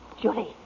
Julie